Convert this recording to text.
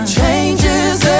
changes